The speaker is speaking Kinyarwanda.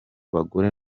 bagore